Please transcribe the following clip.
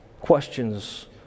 Questions